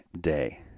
day